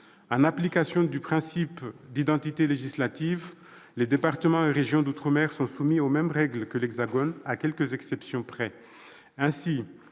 En application du principe d'identité législative, les départements et régions d'outre-mer sont soumis aux mêmes règles que les territoires hexagonaux, à quelques exceptions près.